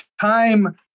time